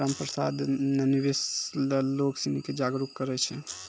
रामप्रसाद ने निवेश ल लोग सिनी के जागरूक करय छै